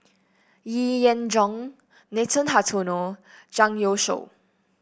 Yee Jenn Jong Nathan Hartono Zhang Youshuo